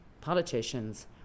politicians